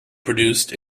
produced